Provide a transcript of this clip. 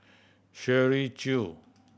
Shirley Chew